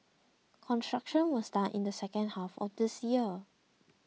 construction will start in the second half of this year